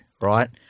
right –